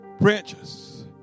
Branches